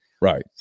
Right